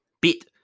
Beat